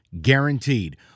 guaranteed